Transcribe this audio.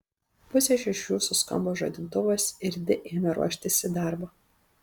pusę šešių suskambo žadintuvas ir di ėmė ruoštis į darbą